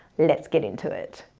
let's get into it.